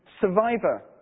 survivor